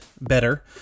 better